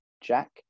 Jack